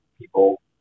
people